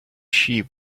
sheep